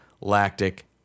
lactic